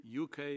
UK